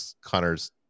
Connor's